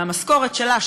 מהמשכורת שלה,